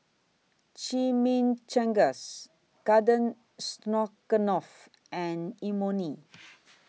Chimichangas Garden Stroganoff and Imoni